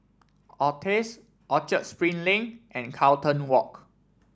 Altez Orchard Spring Lane and Carlton Walk